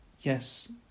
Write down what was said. Yes